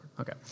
Okay